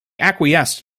acquiesced